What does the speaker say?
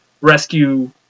rescue